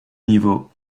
niveau